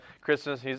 Christmas